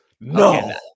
No